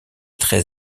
très